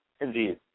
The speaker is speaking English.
Indeed